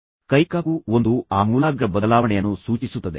ಈಗ ಆ ಕೈಕಾಕು ಒಂದು ಆಮೂಲಾಗ್ರ ಬದಲಾವಣೆಯನ್ನು ಸೂಚಿಸುತ್ತದೆ